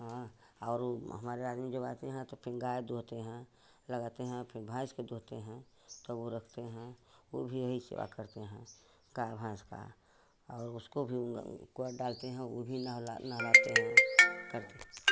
हाँ और वह हमारे आदमी जब आते हैं तो फिर गाई दोहते हैं लगाते हैं फिर भैंस को दोहते हैं तब वह रखते हैं वह भी यही सेवा करते हैं गाई भैंस की और उसको भी डालते हैं वह भी नहला नहवाते हैं करते